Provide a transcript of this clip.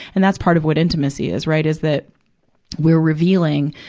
and that's part of what intimacy is, right, is that we're revealing,